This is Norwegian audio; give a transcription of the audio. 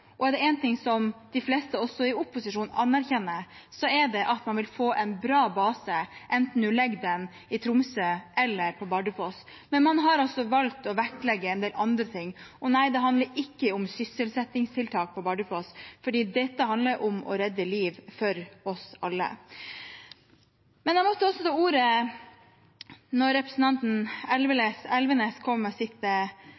Tromsø. Det er en kjempeviktig debatt. Og er det én ting også de fleste i opposisjon anerkjenner, er det at man vil få en bra base enten man legger den til Tromsø eller til Bardufoss, men man har valgt å vektlegge en del andre ting. Og nei, det handler ikke om sysselsettingstiltak på Bardufoss, for dette handler for oss alle om å redde liv. Jeg måtte ta ordet da representanten